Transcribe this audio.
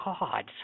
God